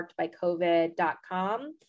MarkedByCovid.com